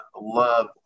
love